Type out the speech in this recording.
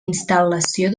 instal·lació